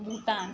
Bhutan